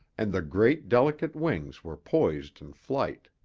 and the great, delicate wings were poised in flight.